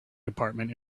department